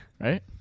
Right